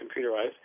computerized